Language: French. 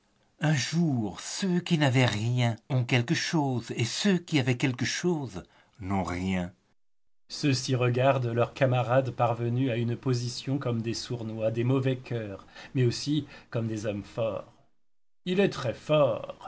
un jour ceux qui n'avaient rien ont quelque chose et ceux qui avaient quelque chose n'ont rien ceux-ci regardent leurs camarades parvenus à une position comme des sournois des mauvais cœurs mais aussi comme des hommes forts il est très fort